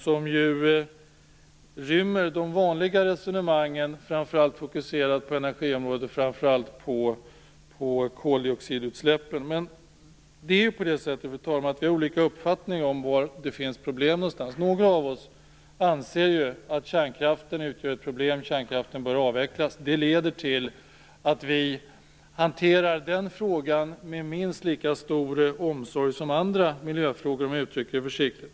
Där ryms de vanliga resonemangen, framför allt fokuserat på energiområdet och koldioxidutsläppen. Vi har, fru talman, olika uppfattning om var det finns problem. Några av oss anser att kärnkraften utgör ett problem och att kärnkraften bör avvecklas. Det leder till att vi hanterar den frågan med minst lika stor omsorg som andra miljöfrågor - om jag får uttrycka mig litet försiktigt.